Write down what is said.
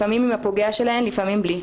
לפעמים עם הפוגע שלהן לפעמים בלי.